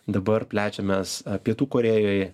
dabar plečiamės pietų korėjoj